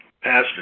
Pastor